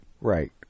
Right